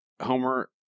Homer